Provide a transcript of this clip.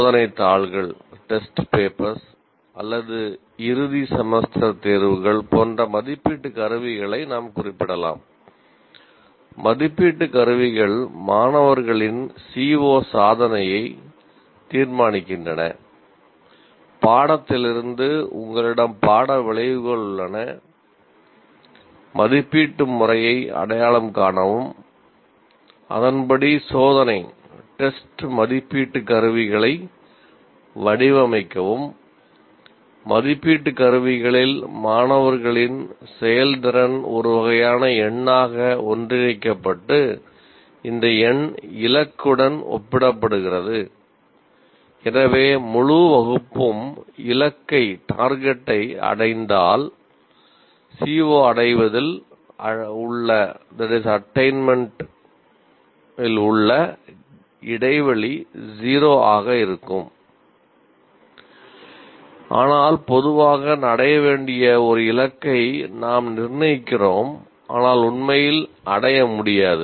சோதனைத் தாள்கள் உள்ள இடைவெளி 0 ஆக இருக்கும் ஆனால் பொதுவாக அடைய வேண்டிய ஒரு இலக்கை நாம் நிர்ணயிக்கிறோம் ஆனால் உண்மையில் அடைய முடியாது